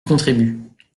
contribue